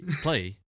play